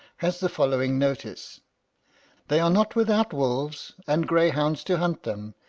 has the following notice they are not without wolves, and greyhounds to hunt them,